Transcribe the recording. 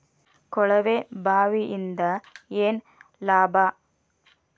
ಕೊಳವೆ ಬಾವಿಯಿಂದ ಏನ್ ಲಾಭಾ?